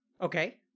Okay